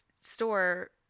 store